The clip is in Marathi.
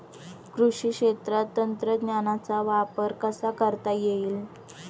कृषी क्षेत्रात तंत्रज्ञानाचा वापर कसा करता येईल?